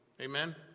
Amen